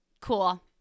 Cool